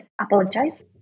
apologize